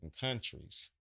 countries